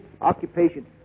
occupation